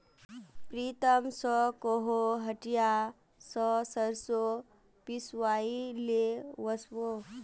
प्रीतम स कोहो हटिया स सरसों पिसवइ ले वस बो